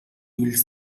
ulls